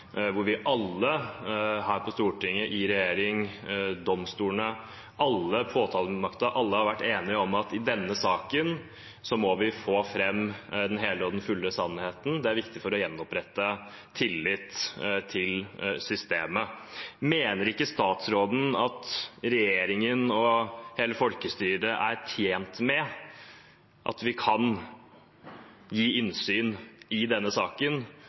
vi alle – Stortinget, regjeringen, domstolene og påtalemakten – har vært enige om at i denne saken må vi få fram den hele og fulle sannheten. Det er viktig for å gjenopprette tillit til systemet. Mener ikke statsråden at regjeringen og hele folkestyret er tjent med at vi kan gi innsyn i denne saken,